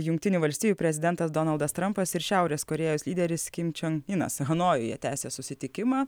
jungtinių valstijų prezidentas donaldas trampas ir šiaurės korėjos lyderis kim čion inas hanojuje tęsia susitikimą